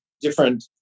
different